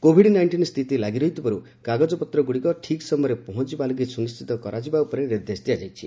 Covid nineteen ସ୍ଥିତି ଲାଗିରହିଥିବାରୁ କାଗଜପତ୍ରଗୁଡ଼ିକ ଠିକ୍ ସମୟରେ ପହଞ୍ଚିବା ଲାଗି ସୁନିଣ୍ଟିତ କରାଯିବା ଉପରେ ନିର୍ଦ୍ଦେଶ ଦିଆଯାଇଛି